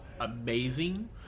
amazing